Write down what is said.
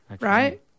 right